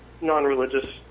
non-religious